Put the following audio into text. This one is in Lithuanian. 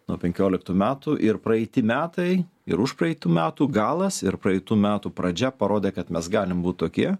nuo penkioliktų metų ir praeiti metai ir užpraeitų metų galas ir praeitų metų pradžia parodė kad mes galim būt tokie